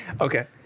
Okay